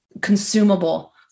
consumable